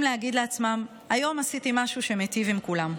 להגיד לעצמם: היום עשיתי משהו שמיטיב עם כולם.